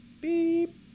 beep